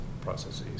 processes